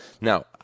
Now